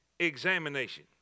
examination